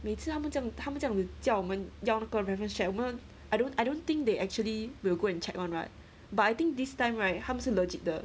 每次他们这样他们这样叫我们要那个 reference check 我们 I don't I don't think they actually will go and check one right but I think this time right 他们是 legit 的